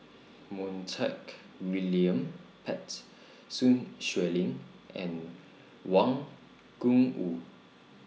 Montague William Pett Sun Xueling and Wang Gungwu